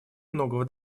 многого